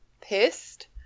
pissed